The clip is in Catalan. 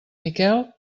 miquel